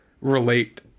relate